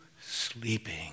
sleeping